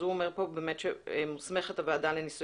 אז הוא אומר פה באמת שמוסמכת הוועדה לניסויים